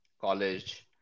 College